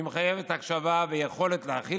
כדי שמנדלבליט יוכל לומר,